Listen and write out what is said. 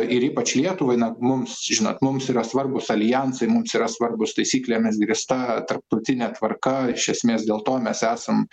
ir ypač lietuvai na mums žinot mums yra svarbūs aljansai mums yra svarbūs taisyklėmis grįsta tarptautinė tvarka iš esmės dėl to mes esam